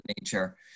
nature